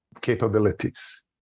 capabilities